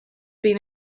been